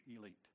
elite